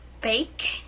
bake